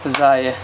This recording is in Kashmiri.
زایہِ